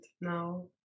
now